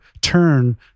turn